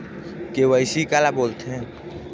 KYC काला बोलथें?